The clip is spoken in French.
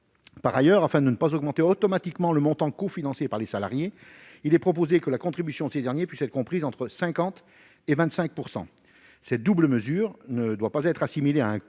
Par ailleurs, afin de ne pas augmenter automatiquement le montant cofinancé par les salariés, il est proposé que la contribution ces derniers puissent être comprises entre 25 % et 50 % du prix du repas. Cette double mesure ne doit pas être assimilée à un